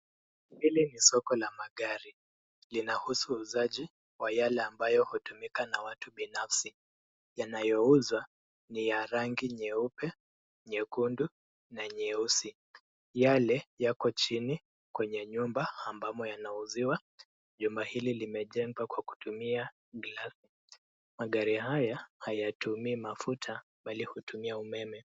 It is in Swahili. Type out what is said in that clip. Hili ni soko la magari linahusu uuzaji wa yale ambayo hutumika na watu binafsi yanayo uzwa ni ya rangi nyeupe, nyekundu na nyeusi yale yako chini kwenye nyumba ambayo yanauziwa , jumba hili limejengwa kwa kutumia glasi, magari haya hayatumii mafuta bali hutumia umeme.